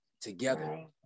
together